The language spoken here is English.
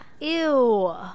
ew